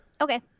Okay